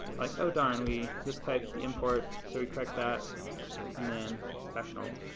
like oh darn, we mistyped the import, so we correct that and then back to normal.